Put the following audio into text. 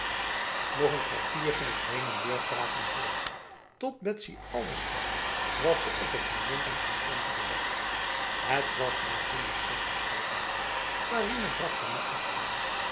nog een kwartier ging het heen en weer praten voort tot betsy alles gaf wat ze op t moment aan contanten bezat het was maar honderdenzestig gulden sarinah bracht het naar achteren